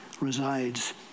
resides